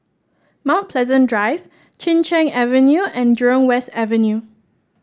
Mount Pleasant Drive Chin Cheng Avenue and Jurong West Avenue